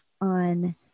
On